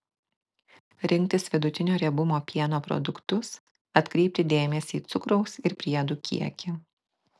rinktis vidutinio riebumo pieno produktus atkreipti dėmesį į cukraus ir priedų kiekį